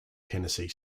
tennessee